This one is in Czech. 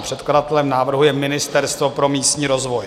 Předkladatelem návrhu je Ministerstvo pro místní rozvoj.